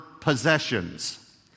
possessions